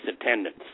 attendance